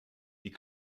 die